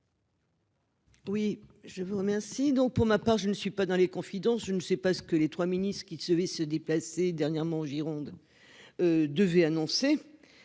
Oui, je vous remercie donc pour ma part je ne suis pas dans les confidences, je ne sais pas ce que les 3 ministres qu'il se il se déplacer dernièrement en Gironde. Devait annoncer.